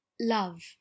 Love